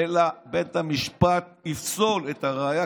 בית המשפט יפסול את הראיה,